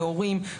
להורים,